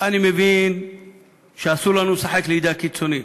אני מבין שאסור לנו לשחק לידי הקיצונים,